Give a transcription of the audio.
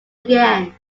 again